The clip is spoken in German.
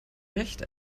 recht